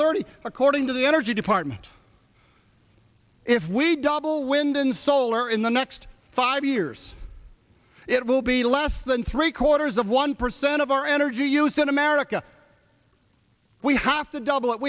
thirty according to the energy department if we double wind and solar in the next five years it will be less than three quarters of one percent of our energy use in america we have to double